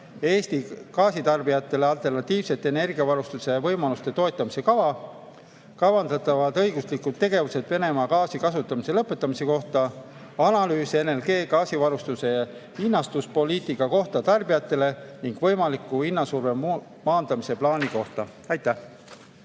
Eesti gaasitarbijatele alternatiivsete energiavarustuse võimaluste toetamise kava, kavandatavad õiguslikud tegevused Venemaa gaasi kasutamise lõpetamise kohta, analüüs LNG gaasivarustuse hinnastuspoliitika kohta tarbijatele ning võimaliku hinnasurve maandamise plaani kohta. Aitäh!